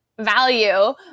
value